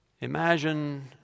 Imagine